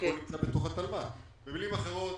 במילים אחרות,